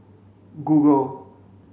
google